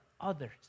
others